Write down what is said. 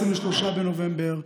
23 בנובמבר,